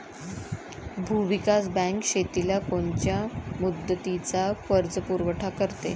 भूविकास बँक शेतीला कोनच्या मुदतीचा कर्जपुरवठा करते?